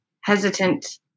hesitant